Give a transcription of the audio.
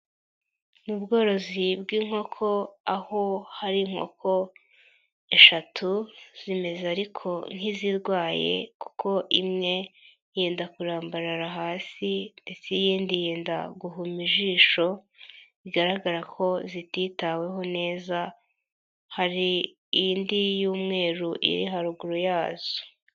Ni ubworozi bw'inkoko aho hari inkoko eshatu, zimeze ariko nk'izirwaye kuko imwe yenda kurambarara hasi ndetse iyindi yenda guhuma ijisho, bigaragara ko zititaweho neza, hari indi y'umweru iri haruguru yazo.